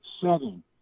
seven